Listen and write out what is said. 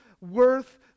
worth